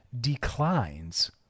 declines